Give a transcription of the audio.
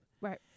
Right